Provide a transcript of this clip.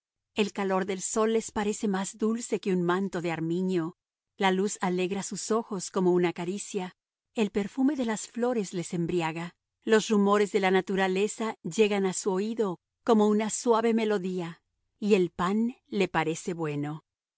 el calor del sol les parece más dulce que un manto de armiño la luz alegra sus ojos como una caricia el perfume de las flores le embriaga los rumores de la naturaleza llegan a su oído como una suave melodía y el pan le parece bueno